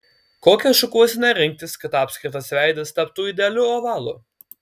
kokią šukuoseną rinktis kad apskritas veidas taptų idealiu ovalu